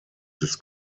des